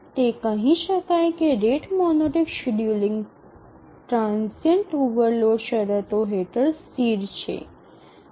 તે કહી શકાય કે rate monotonic scheduling transient overload શરતો હેઠળ સ્થિર છે